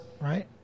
right